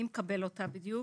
מי מקבל אותה בדיוק?